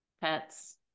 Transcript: pets